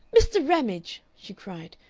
mr. ramage, she cried,